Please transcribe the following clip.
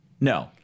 no